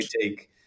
take